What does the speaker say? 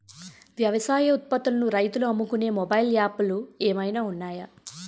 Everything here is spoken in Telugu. వ్యవసాయ ఉత్పత్తులను రైతులు అమ్ముకునే మొబైల్ యాప్ లు ఏమైనా ఉన్నాయా?